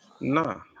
No